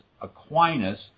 Aquinas